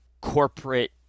corporate